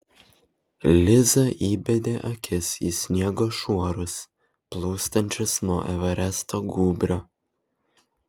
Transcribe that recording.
liza įbedė akis į sniego šuorus plūstančius nuo everesto gūbrio